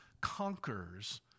conquers